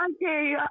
Okay